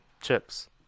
chips